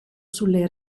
sulle